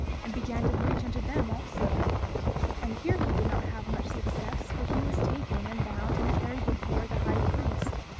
and began to preach unto them also and here he did not have much success, for he was taken and bound and carried before the high priest,